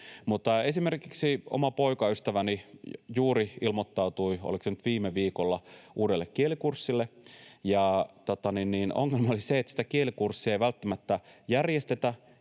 esimerkiksi oma poikaystäväni juuri ilmoittautui — olikos se nyt viime viikolla — uudelle kielikurssille, ja ongelma oli se, että sitä kielikurssia ei välttämättä järjestetä,